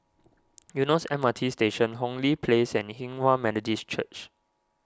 Eunos M R T Station Hong Lee Place and Hinghwa Methodist Church